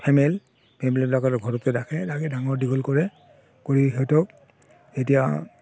female সেইবিলাকক ঘৰতে ৰাখে ৰাখি ডাঙৰ দীঘল কৰে কৰি সিহঁতক তেতিয়া